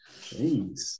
Jeez